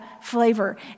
flavor